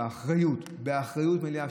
באחריות מלאה,